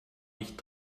nicht